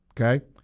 okay